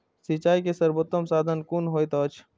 सिंचाई के सर्वोत्तम साधन कुन होएत अछि?